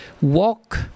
walk